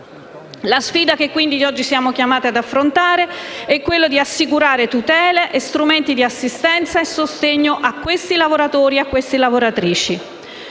La sfida quindi che oggi siamo chiamati ad affrontare è assicurare tutele, strumenti di assistenza e sostegno a quei lavoratori e a quelle lavoratrici.